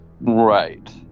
Right